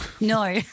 No